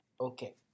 okay